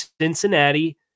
Cincinnati